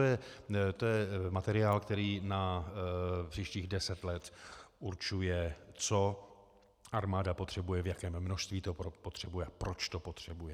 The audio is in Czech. Je to materiál, který na příštích deset let určuje, co armáda potřebuje, v jakém množství to potřebuje a proč to potřebuje.